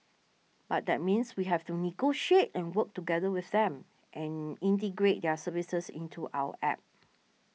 but that means we have to negotiate and work together with them and integrate their services into our App